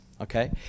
okay